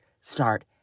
start